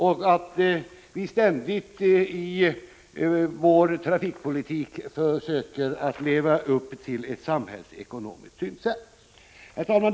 I det trafikpolitiska arbetet skall vi ständigt försöka leva upp till ett samhällsekonomiskt synsätt. Herr talman!